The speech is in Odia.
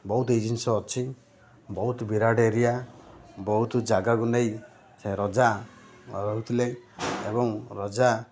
ବହୁତ ଏଇ ଜିନିଷ ଅଛି ବହୁତ ବିରାଟ ଏରିଆ ବହୁତ ଜାଗାକୁ ନେଇ ସେ ରଜା ରହୁଥିଲେ ଏବଂ ରଜା